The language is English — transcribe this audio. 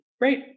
Great